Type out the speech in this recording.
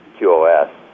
QoS